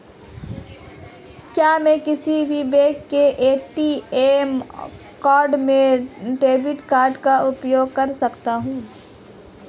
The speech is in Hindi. क्या मैं किसी भी बैंक के ए.टी.एम काउंटर में डेबिट कार्ड का उपयोग कर सकता हूं?